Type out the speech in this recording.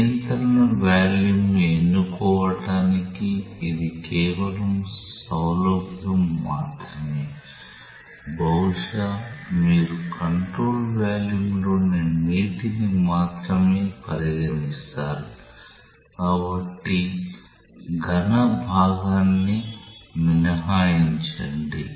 నియంత్రణ వాల్యూమ్ను ఎన్నుకోవటానికి ఇది కేవలం సౌలభ్యం మాత్రమే బహుశా మీరు కంట్రోల్ వాల్యూమ్లోని నీటిని మాత్రమే పరిగణిస్తారు కాబట్టి ఘన భాగాన్ని మినహాయించండి